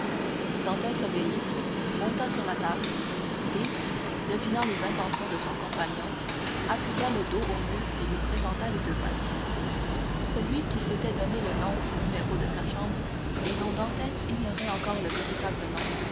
obéit monta sur la table et devinant les intentions de son compagnon appuya le dos au mur et lui présenta les deux mains celui qui s'était donné le nom du numéro de sa chambre et dont dantès ignorait encore le véritable nom